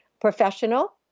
professional